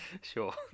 Sure